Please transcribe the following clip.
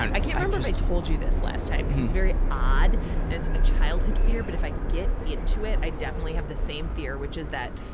i i can't remember if i told you this last time, cuz it's very odd and it's a childhood fear. but if i get into it, i definitely have the same fear, which is that,